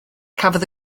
cafodd